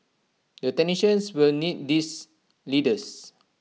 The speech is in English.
the technicians will need these leaders